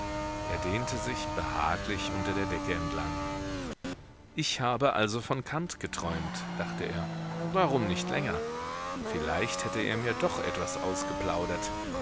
er dehnte sich behaglich unter der decke entlang ich habe also von kant geträumt dachte er warum nicht länger vielleicht hätte er mir doch etwas ausgeplaudert